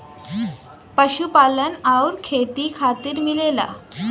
पशुपालन आउर खेती खातिर मिलेला